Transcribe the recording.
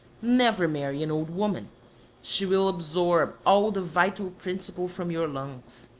never marry an old woman she will absorb all the vital principle from your lungs.